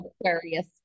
Aquarius